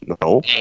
No